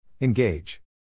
Engage